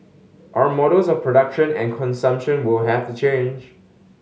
our models of production and consumption will have to change